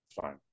fine